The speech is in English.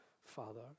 Father